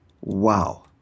Wow